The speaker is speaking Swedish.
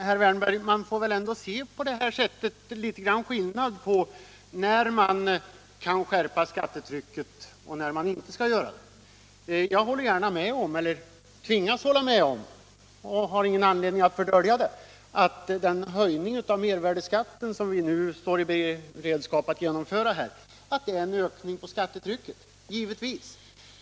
Herr talman! Det finns väl ändå, herr Wärnberg, en viss skillnad mellan situationer då man kan skärpa skattetrycket och när man inte bör göra det. Jag tvingas hålla med om — och jag har ingen anledning att fördölja det — att den höjning av mervärdeskatten som vi nu står i beredskap att genomföra innebär en ökning av skattetrycket.